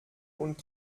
und